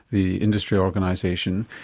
the industry organisation.